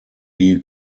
die